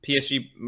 PSG